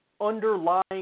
underlying